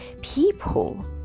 people